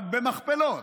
רק במכפלות.